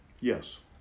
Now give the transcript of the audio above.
Yes